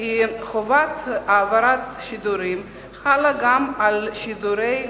כי חובת העברת שידורים חלה גם על שידורי